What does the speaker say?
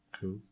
Cool